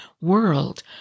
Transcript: world